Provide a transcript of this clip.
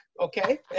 okay